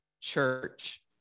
church